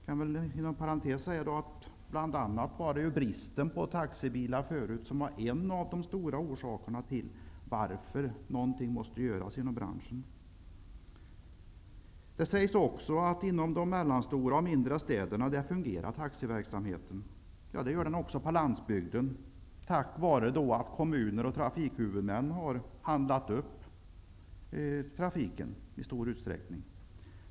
Jag vill då inom parentes säga att det bl.a. var bristen på taxibilar som var en av orsakerna till att något måste göras inom branschen. Det sägs också att taxiverksamheten fungerar i de mellanstora och mindre städerna. Det gör den också på landsbygden, tack vare att kommuner och trafikhuvudmän har handlat upp trafiken i stor utsträckning.